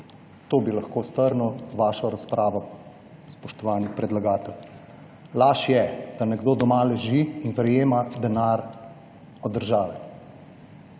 Tako bi lahko strnil vašo razpravo, spoštovani predlagatelj. Laž je, da nekdo doma leži in prejema denar od države.